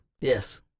Yes